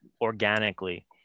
organically